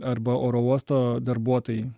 arba oro uosto darbuotojai